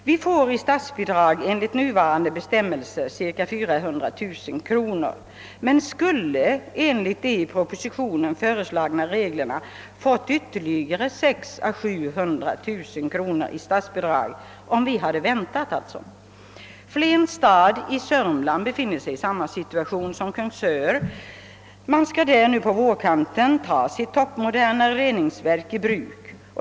Vi får i statsbidrag enligt nuvarande bestämmelser cirka 400 000 kronor, men om vi väntat skulle vi enligt de i propositionen föreslagna reglerna ha fått ytterligare 600 000—700 000 kronor i statsbidrag. Flens stad i Södermanland befinner sig i samma situation som Kungsör. Nu på vårkanten skall man ta sitt toppmoderna rennigsverk i bruk.